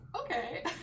okay